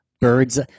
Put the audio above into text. birds